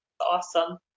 Awesome